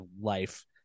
life